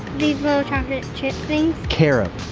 chocolate chip things? carob,